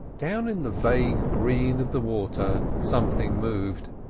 down in the vague green of the water something moved,